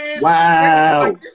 Wow